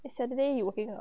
eh saturday you working a not